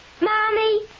Mommy